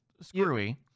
screwy